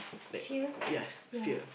here ya